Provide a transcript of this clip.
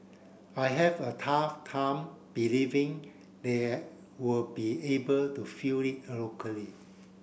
I have a tough time believing they will be able to fill it locally